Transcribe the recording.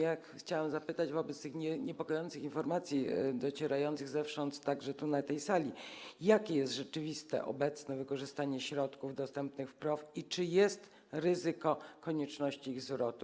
Ja chciałam zapytać wobec tych niepokojących informacji docierających zewsząd także tu, na tę salę, jakie jest rzeczywiste obecne wykorzystanie środków dostępnych w PROW i czy jest ryzyko konieczności ich zwrotu.